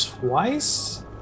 twice